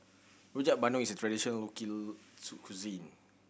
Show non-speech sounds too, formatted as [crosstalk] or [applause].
Rojak Bandung is a traditional [unintelligible] cuisine